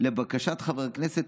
לבקשת חבר כנסת,